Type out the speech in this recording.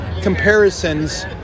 comparisons